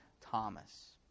Thomas